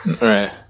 Right